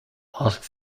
asked